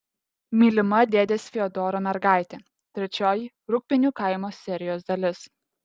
mylima dėdės fiodoro mergaitė trečioji rūgpienių kaimo serijos dalis